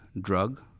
drug